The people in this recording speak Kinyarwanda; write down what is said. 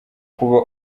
kuba